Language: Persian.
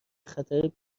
خطر